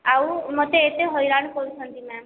ଆଉ ମୋତେ ଏତେ ହଇରାଣ କରୁଛନ୍ତି ମ୍ୟାମ୍